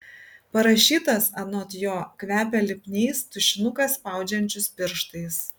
parašytas anot jo kvepia lipniais tušinuką spaudžiančius pirštais